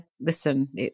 listen